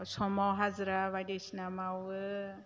समाव हाजिरा बायदिसिना मावो